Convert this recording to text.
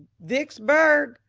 vicksburg?